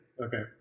Okay